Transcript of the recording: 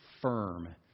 firm